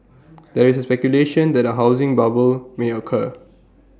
there is speculation that A housing bubble may occur